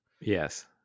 Yes